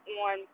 on